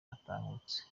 batahutse